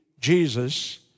Jesus